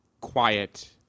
quiet